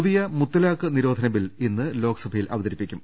പുതിയ മുത്തലാഖ് നിരോധന ബിൽ ഇന്ന് ലോക്സഭ യിൽ അവതരിപ്പിക്കും